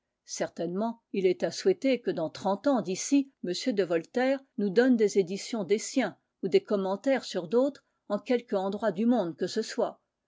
certainement il est à souhaiter que dans trente ans d'ici m de voltaire nous donne des éditions des siens ou des commentaires sur d'autres en quelque endroit du monde que ce soit